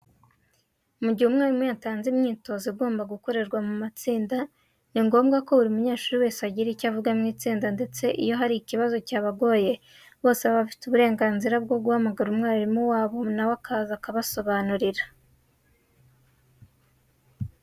Mu gihe umwarimu yatanze imyitozo igomba gukorerwa mu matsinda ni ngombwa ko buri munyeshuri wese agira icyo avuga mu itsinda ndetse iyo hari ikibazo cyabagoye bose baba bafite uburenganzira bwo guhamagara umwarimu maze na we akaza akabasobanurira.